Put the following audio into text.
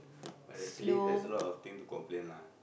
but actually there's a lot of thing to complain lah